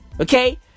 Okay